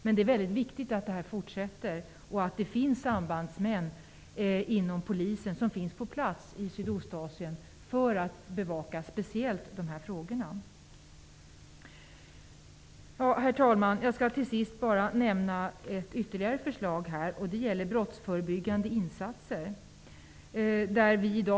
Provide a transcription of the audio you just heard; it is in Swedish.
Men det är viktigt att det fortsätter och att det finns sambandsmän inom Polisen på plats i Sydostasien för att bevaka speciellt de här frågorna. Herr talman! Jag skall till sist bara nämna ytterligare ett förslag, och det gäller brottsförebyggande insatser.